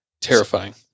Terrifying